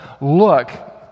look